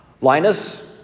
Linus